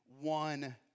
one